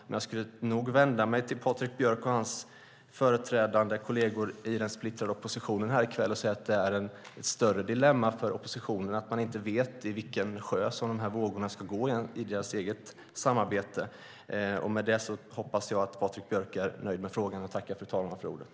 Men jag skulle nog vilja vända mig till Patrik Björck och hans kolleger i den splittrade oppositionen här i kväll och säga att det är ett större dilemma för oppositionen att man inte vet i vilken sjö de här vågorna ska gå när det gäller deras eget samarbete. Med det hoppas jag att Patrik Björck är nöjd med svaret.